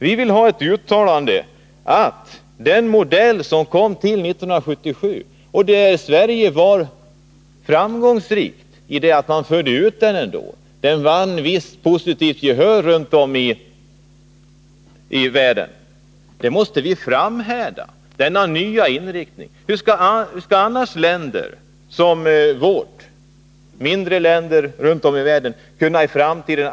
Vi vill ha OS enligt den modell som togs fram 1977 och som ändå vann visst positivt gehör runt om i världen. Vi måste framhärda i att driva denna tanke på en ny inriktning av de olympiska spelen.